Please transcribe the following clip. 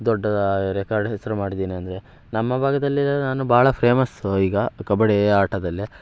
ದೊಡ್ಡ ರೆಕಾರ್ಡ್ ಹೆಸರು ಮಾಡಿದೀನಿ ಅಂದರೆ ನಮ್ಮ ಭಾಗದಲ್ಲಿ ನಾನು ಭಾಳ ಫೇಮಸ್ಸು ಈಗ ಕಬಡ್ಡಿ ಆಟದಲ್ಲಿ